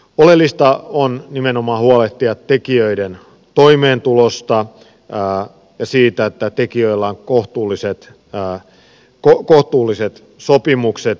oleellista on nimenomaan huolehtia tekijöiden toimeentulosta ja siitä että tekijöillä on kohtuulliset sopimukset